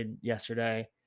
yesterday